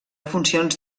funcions